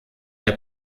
der